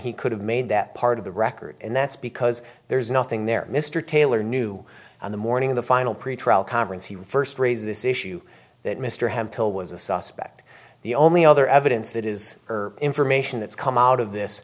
he could have made that part of the record and that's because there's nothing there mr taylor knew on the morning of the final pretrial conference he would first raise this issue that mr hemphill was a suspect the only other evidence that is information that's come out of this